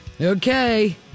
Okay